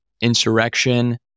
insurrection